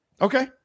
okay